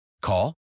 Call